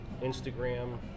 Instagram